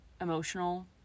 emotional